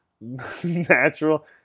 Natural